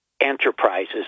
enterprises